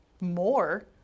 more